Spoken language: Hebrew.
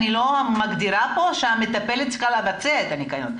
אני לא מגדירה כאן שהמטפלת צריכה לבצע את הניקון.